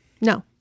no